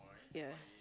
ya